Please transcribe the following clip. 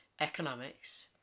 economics